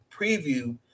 preview